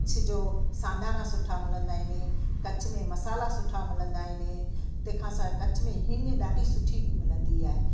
कच्छ जो सांधाड़ा सुठा मिलंदा आहिनि कच्छ में मसाला सुठा मिलंदा आहिनि तंहिं खां सवाइ कच्छ में हींग ॾाढी सुठी मिलंदी आहे